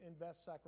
invest